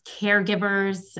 caregivers